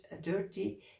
dirty